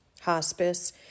hospice